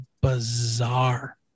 bizarre